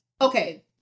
okay